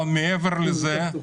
אבל מעבר לזה,